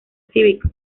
cívico